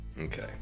Okay